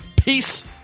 peace